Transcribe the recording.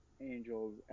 Angels